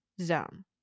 zone